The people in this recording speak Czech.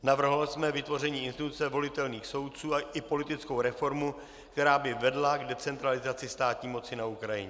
Navrhovali jsme vytvoření instituce volitelných soudců i politickou reformu, která by vedla k decentralizaci státní moci na Ukrajině.